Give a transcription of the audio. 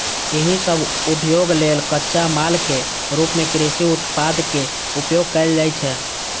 एहि सभ उद्योग लेल कच्चा मालक रूप मे कृषि उत्पादक उपयोग कैल जाइ छै